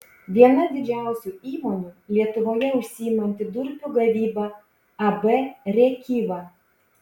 viena didžiausių įmonių lietuvoje užsiimanti durpių gavyba ab rėkyva